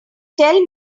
tell